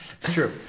True